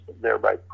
thereby